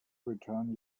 return